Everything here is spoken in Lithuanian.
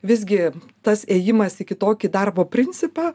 visgi tas ėjimas į kitokį darbo principą